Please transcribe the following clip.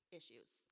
issues